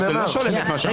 זה לא שולל את מה שאמרתי.